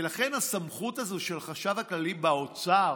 ולכן, הסמכות הזו של החשב הכללי באוצר,